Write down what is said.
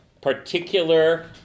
particular